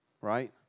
right